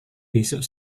besok